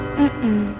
Mm-mm